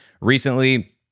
Recently